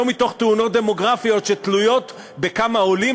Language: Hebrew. לא מתוך טענות דמוגרפיות שתלויות בכמה עולים